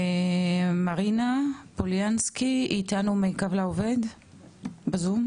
מרינה פולינובסקי היא איתנו מקו לעובד בזום,